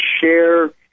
share